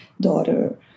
daughter